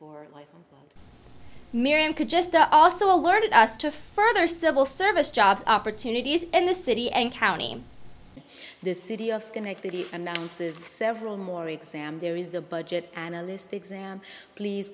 for life miriam could just also alerted us to further civil service jobs opportunities in the city and county the city of schenectady announces several more exam there is a budget analyst exam please